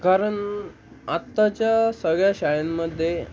कारण आत्ताच्या सगळ्या शाळेंमध्ये